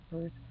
first